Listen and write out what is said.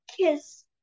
kiss